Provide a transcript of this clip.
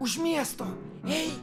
už miesto ei